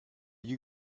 you